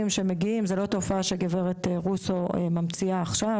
שמגיעים זו לא תופעה שגברת רוסו ממציאה עכשיו,